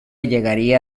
llegaría